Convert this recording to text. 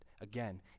Again